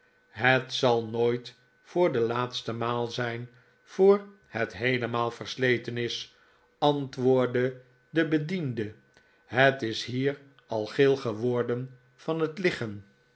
het zal nooit voor de laatste maal zijn voor het heelemaal versleten is antwoordde de bediende het is hier al geel geworden van het liggen